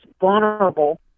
vulnerable